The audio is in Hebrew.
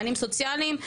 מענים סוציאליים,